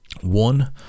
One